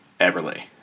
Everly